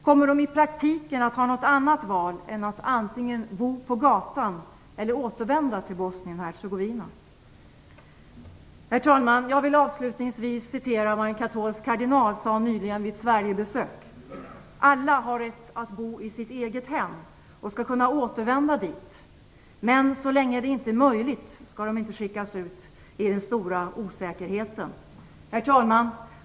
Kommer de i praktiken att ha något annat val än att antingen bo på gatan eller återvända till Bosnien-Hercegovina? Herr talman! Jag vill avslutningsvis citera vad en katolsk kardinal sade nyligen vid ett Sverigebesök: "Alla har rätt att bo i sitt eget hem och skall kunna återvända dit. Men så länge det inte är möjligt skall de inte skickas ut i den stora osäkerheten. Herr talman!